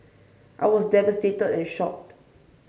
I was devastated and shocked